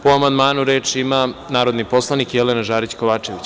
Po amandmanu reč ima narodni poslanik Jelena Žarić Kovačević.